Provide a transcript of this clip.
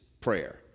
prayer